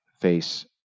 face